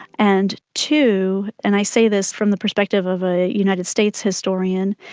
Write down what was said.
and two, and i say this from the perspective of a united states historian,